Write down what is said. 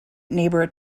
neighbor